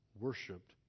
worshipped